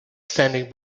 standing